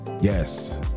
Yes